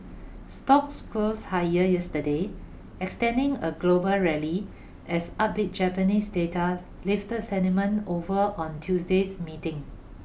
stocks closed higher yesterday extending a global rally as upbeat Japanese data lifted sentiment over on Tuesday's meeting